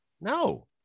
no